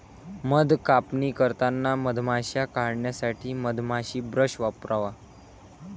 मध कापणी करताना मधमाश्या काढण्यासाठी मधमाशी ब्रश वापरा